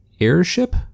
airship